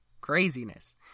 Craziness